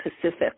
Pacific